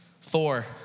Thor